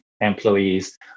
employees